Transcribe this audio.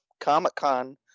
Comic-Con